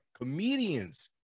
Comedians